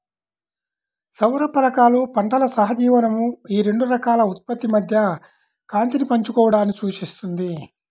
సౌర ఫలకాలు పంటల సహజీవనం ఈ రెండు రకాల ఉత్పత్తి మధ్య కాంతిని పంచుకోవడాన్ని సూచిస్తుంది